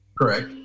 Correct